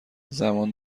زمان